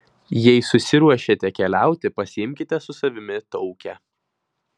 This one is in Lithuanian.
jei susiruošėte keliauti pasiimkite su savimi taukę